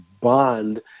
bond